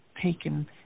taken